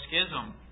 schism